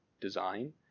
design